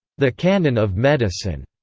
the canon of medicine.